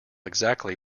exactly